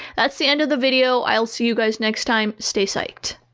that's the end of the video i'll see you guys next time stay psyched